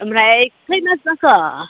ओमफ्राय खै मास जाखो